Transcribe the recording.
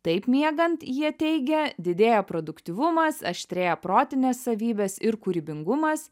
taip miegant jie teigia didėja produktyvumas aštrėja protinės savybės ir kūrybingumas